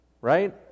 right